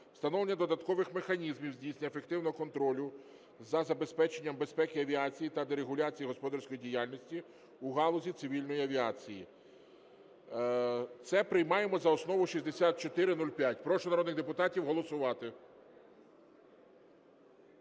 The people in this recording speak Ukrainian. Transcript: встановлення додаткових механізмів здійснення ефективного контролю за забезпеченням безпеки авіації та дерегуляції господарської діяльності у галузі цивільної авіації. Це приймаємо за основу 6405. Прошу народних депутатів голосувати.